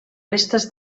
restes